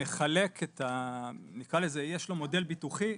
יש לו מודל ביטוחי,